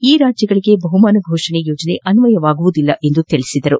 ಈ ರಾಜ್ಗಳಿಗೆ ಬಹುಮಾನ ಘೋಷಣೆ ಯೋಜನೆ ಅನ್ನಯವಾಗುವುದಿಲ್ಲ ಎಂದು ಅವರು ತಿಳಿಸಿದರು